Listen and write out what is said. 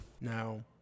Now